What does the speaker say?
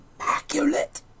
immaculate